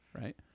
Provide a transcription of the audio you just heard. right